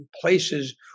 places